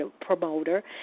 promoter